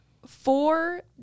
four